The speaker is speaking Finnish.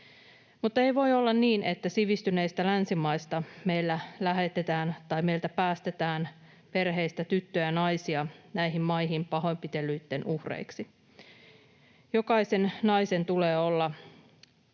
Ei voi olla niin, että sivistyneistä länsimaista lähetetään tai meiltä päästetään perheistä tyttöä ja naisia näihin maihin pahoinpitelyitten uhreiksi. Jokaisen naisen tulee olla